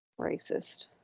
racist